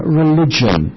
religion